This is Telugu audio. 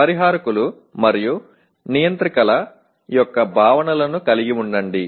పరిహారకులు మరియు నియంత్రికల యొక్క భావనలను కలిగి ఉండండి